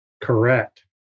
Correct